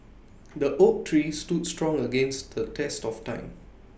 the oak tree stood strong against the test of time